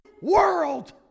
world